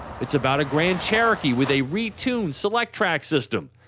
it's about a grand cherokee with a retuned selec-track system,